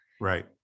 Right